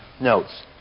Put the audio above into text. notes